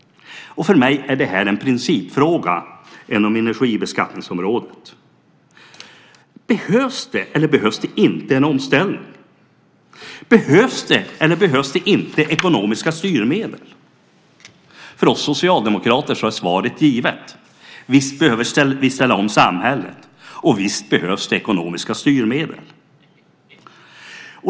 För mig är det här en principfråga inom energibeskattningsområdet. Behövs det, eller behövs det inte en omställning? Behövs det, eller behövs det inte ekonomiska styrmedel? För oss socialdemokrater är svaret givet. Visst behöver vi ställa om samhället, och visst behövs det ekonomiska styrmedel.